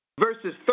verses